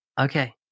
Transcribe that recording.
Okay